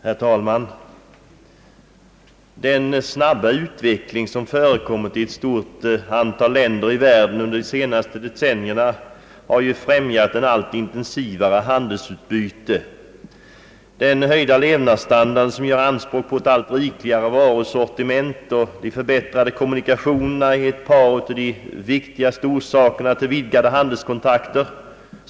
Herr talman! Den snabba utveckling som förekommit i ett stort antal länder under de senaste decennierna har främjat ett allt intensivare handelsutbyte. Den höjda levnadsstandarden, som gör anspråk på ett allt rikligare varusortiment, och de förbättrade kommunikationerna är ett par av de viktigaste orsakerna till vidgade handelskontakter.